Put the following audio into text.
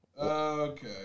Okay